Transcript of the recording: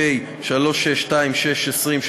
פ/3636/20,